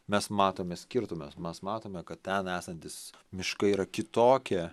mes matome skirtumą mes matome kad ten esantys miškai yra kitokie